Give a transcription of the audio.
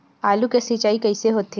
आलू के सिंचाई कइसे होथे?